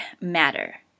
Matter